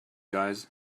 guys